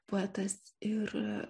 poetas ir